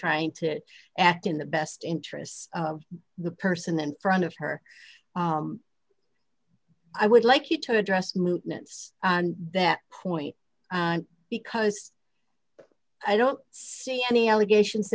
trying to act in the best interests of the person in front of her i would like you to address movements that point because i don't see any allegations